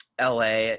LA